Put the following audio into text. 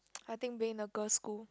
I think being in a girl's school